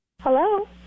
Hello